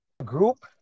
group